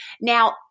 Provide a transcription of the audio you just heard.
Now